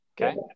Okay